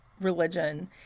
religion—